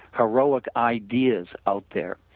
heroic ideas out there.